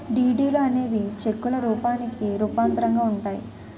డీడీలు అనేవి చెక్కుల రూపానికి రూపాంతరంగా ఉంటాయి